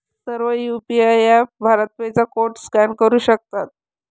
सर्व UPI apps Bharat Pe चा code scan करू शकतात